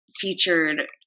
featured